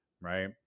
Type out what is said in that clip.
right